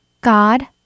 God